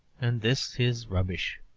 and this is rubbish.